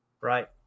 right